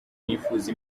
nifuza